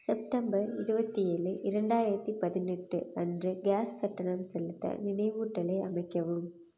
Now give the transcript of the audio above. September இருபத்தி ஏழு இரண்டாயிரத்தி பதினெட்டு அன்று கேஸ் கட்டணம் செலுத்த நினைவூட்டலை அமைக்கவும்